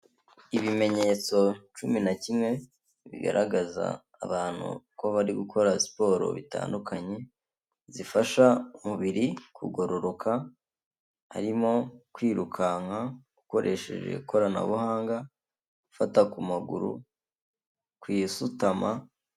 Ibimenyetso cumi na kimwe bigaragaza abantu ko bari gukora siporo bitandukanye zifasha umubiri kugororoka harimo kwirukanka ukoresheje ikoranabuhanga, gufata ku maguru, ku isutama.